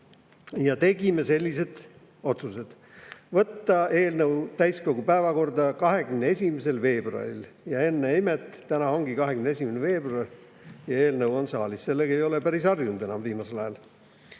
Tegime sellised otsused. Võtta eelnõu täiskogu päevakorda 21. veebruaril. Ennäe imet, täna ongi 21. veebruar ja eelnõu on saalis! Sellega ei ole viimasel ajal